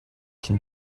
can